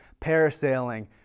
parasailing